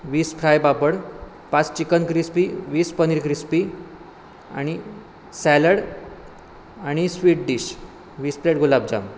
वीस फ्राय पापड पाच chicken crispy वीस पनीर क्रिस्पी आणि सॅलड आणि स्वीट डिश वीस प्लेट गुलाबजाम